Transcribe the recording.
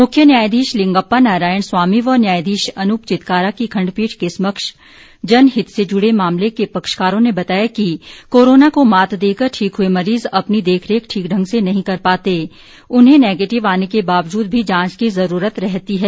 मुख्य न्यायाधीश लिंगप्पा नारायण स्वामी व न्यायाधीश अनूप चित्कारा की खंडपीठ के समक्ष जनहित से जुड़े मामले के पक्षकारों ने बताया कि कोरोना को मात देकर ठीक हुए मरीज अपनी देखरेख ठीक ढंग से नहीं कर पाते उन्हें नेगेटिव आने के बावजूद भी जांच की जरूरत रहती है